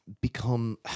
become